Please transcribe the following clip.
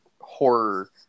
horror